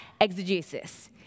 exegesis